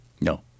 No